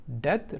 death